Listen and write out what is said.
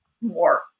more